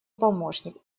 помощник